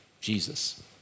Jesus